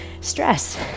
Stress